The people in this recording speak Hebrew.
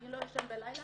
אני לא ישן בלילה",